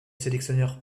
sélectionneur